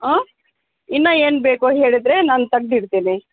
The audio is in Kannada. ಹ್ಞೂ ಇನ್ನ ಏನು ಬೇಕು ಹೇಳಿದರೆ ನಾನು ತೆಗೆದಿಡ್ತೀನಿ